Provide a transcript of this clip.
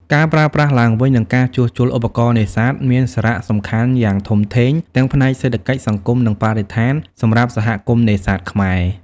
ការប្រើប្រាស់ឡើងវិញ និងការជួសជុលឧបករណ៍នេសាទមានសារៈសំខាន់យ៉ាងធំធេងទាំងផ្នែកសេដ្ឋកិច្ច សង្គម និងបរិស្ថានសម្រាប់សហគមន៍នេសាទខ្មែរ។